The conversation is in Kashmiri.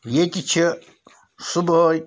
ییٚتہِ چھِ صُبحٲے